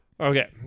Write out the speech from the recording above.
Okay